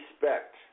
respect